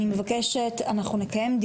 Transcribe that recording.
כי יש לנו את